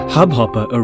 Hubhopper